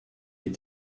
les